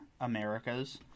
Americas